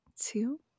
two